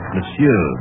Monsieur